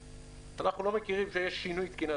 אנחנו לא מכירים זה יהיה שינוי תקינה.